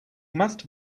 must